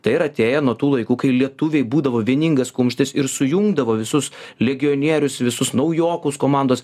tai yra atėję nuo tų laikų kai lietuviai būdavo vieningas kumštis ir sujungdavo visus legionierius visus naujokus komandos